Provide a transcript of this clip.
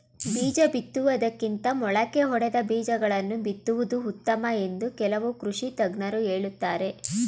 ಬೀಜ ಬಿತ್ತುವುದಕ್ಕಿಂತ ಮೊಳಕೆ ಒಡೆದ ಬೀಜಗಳನ್ನು ಬಿತ್ತುವುದು ಉತ್ತಮ ಎಂದು ಕೆಲವು ಕೃಷಿ ತಜ್ಞರು ಹೇಳುತ್ತಾರೆ